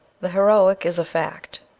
the heroic is a fact,